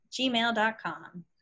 gmail.com